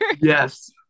Yes